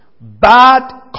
Bad